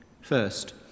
First